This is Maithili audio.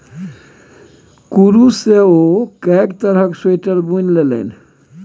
कुरूश सँ ओ कैक तरहक स्वेटर बुनि लेलनि